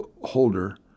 holder